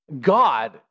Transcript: God